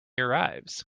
arrives